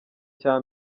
cya